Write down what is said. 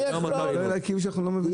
אתה לא מבין אותי.